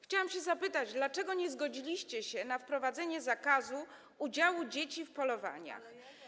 Chciałam zapytać, dlaczego nie zgodziliście się na wprowadzenie zakazu udziału dzieci w polowaniach.